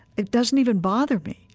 it doesn't even bother me.